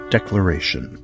Declaration